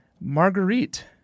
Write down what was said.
Marguerite